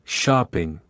shopping